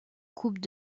coupes